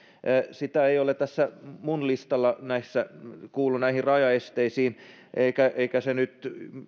sitä ei ole tässä minun listallani se ei kuulu näihin rajaesteisiin eikä se nyt